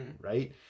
right